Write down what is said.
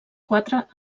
quatre